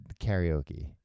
karaoke